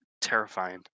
terrifying